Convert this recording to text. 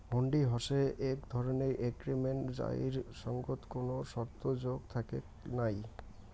হুন্ডি হসে এক ধরণের এগ্রিমেন্ট যাইর সঙ্গত কোনো শর্ত যোগ থাকেক নাই